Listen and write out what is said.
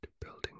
building